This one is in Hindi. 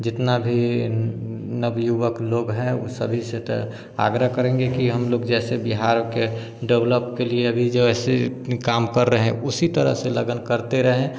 जितना भी नव युवक लोग हैं वो सभी से तो आग्रह करेंगे कि हम लोग जैसे बिहार को डेवलोप के लिए अभी जो हैं सिर्फ़ काम कर रहे हैं उसी तरह से लगन करते रहें